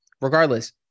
regardless